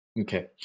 Okay